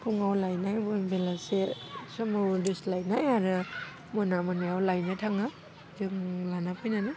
फुङाव लायनाय उन बेलासे समाव दोस्लायनाय आरो मोना मोनायाव लायनो थाङो जों लाना फैनानै